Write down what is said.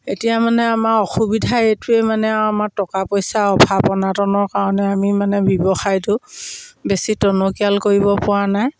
এতিয়া মানে আমাৰ অসুবিধা এইটোৱে মানে আৰু আমাৰ টকা পইচা অভাৱ অনাটনৰ কাৰণে আমি মানে ব্যৱসায়টো বেছি টনকিয়াল কৰিব পৰা নাই